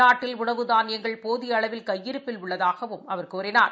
நாட்டில் உணவு தானியங்கள் போதிய அளவில் கையிருப்பில் உள்ளதாகவும் அவர் கூறினார்